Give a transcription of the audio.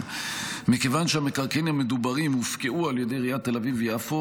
2010. מכיוון שהמקרקעין המדוברים הופקעו על ידי עיריית תל אביב-יפו,